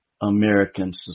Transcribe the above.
American